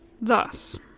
thus